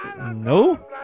No